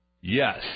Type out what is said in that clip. Yes